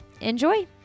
Enjoy